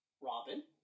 Robin